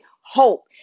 hope